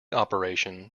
operation